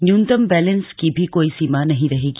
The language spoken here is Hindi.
न्यूनतम बैलेंस की भी कोई सीमा नहीं रहेगी